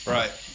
Right